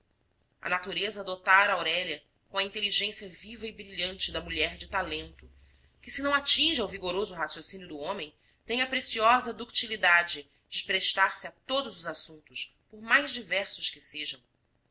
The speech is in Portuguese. a natureza dotara aurélia com a inteligência viva e brilhante da mulher de talento que se não atinge ao vigoroso raciocínio do homem tem a preciosa ductilidade de prestar se a todos os assuntos por mais diversos que sejam